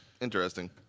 Interesting